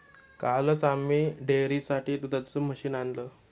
कालच आम्ही डेअरीसाठी दुधाचं मशीन आणलं